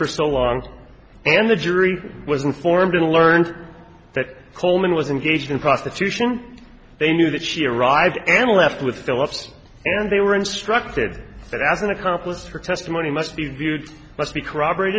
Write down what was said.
for so long and the jury was informed and learned that coleman was engaged in prostitution they knew that she arrived and left with phillips and they were instructed that as an accomplice her testimony must be viewed must be corroborate